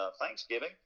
Thanksgiving